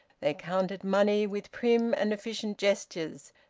they counted money with prim and efficient gestures,